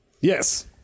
Yes